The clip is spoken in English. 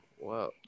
whoa